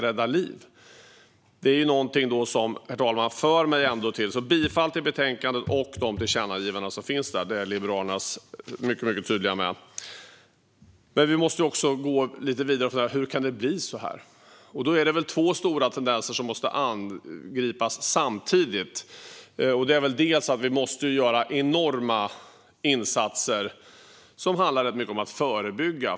Herr talman! Detta föranleder mig att yrka bifall till utskottets förslag i betänkandet och till de tillkännagivanden som finns där. Det är Liberalerna mycket tydliga med. Men vi måste också gå vidare med detta och fråga oss: Hur kan det bli så här? Det är två stora tendenser som måste angripas samtidigt. Dels måste vi göra enorma insatser som handlar mycket om att förebygga.